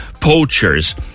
Poachers